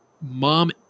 mom